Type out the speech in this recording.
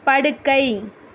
படுக்கை